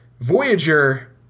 Voyager